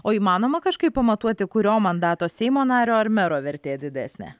o įmanoma kažkaip pamatuoti kurio mandato seimo nario ar mero vertė didesnė